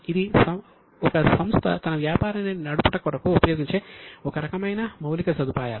ఇది ఒక సంస్థ తన వ్యాపారాన్ని నడుపుట కొరకు ఉపయోగించే ఒక రకమైన మౌలిక సదుపాయాలు